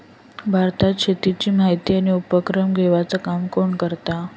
भारतात शेतीची माहिती आणि उपक्रम घेवचा काम कोण करता?